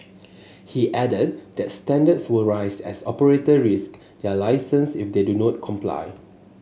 he added that standards will rise as operators risk their licence if they do not comply